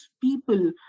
people